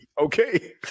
okay